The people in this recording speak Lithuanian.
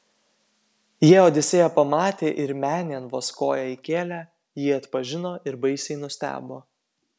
jie odisėją pamatė ir menėn vos koją įkėlę jį atpažino ir baisiai nustebo